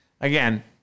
Again